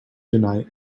deny